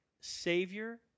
Savior